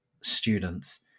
students